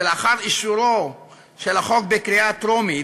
שלאחר אישורו של החוק בקריאה הטרומית,